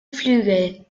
flügel